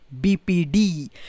BPD